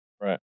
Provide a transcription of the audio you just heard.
Right